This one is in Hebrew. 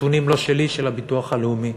הנתונים לא שלי, של הביטוח הלאומי.